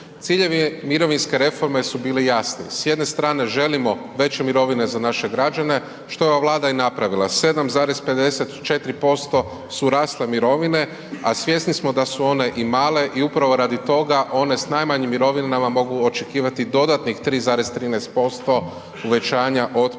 Ciljevi mirovinske reforme su bili jasni. S jedne strane želimo veće mirovine za naše građane što je ova Vlada i napravila 7,54% su rasle mirovine a svjesni smo da su one i male i upravo radi toga one s najmanjim mirovinama mogu očekivati dodatnih 3,13% uvećanja od 1.7.